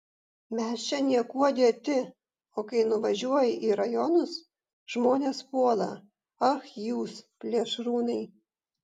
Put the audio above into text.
mes čia niekuo dėti o kai nuvažiuoji į rajonus žmonės puola ach jūs plėšrūnai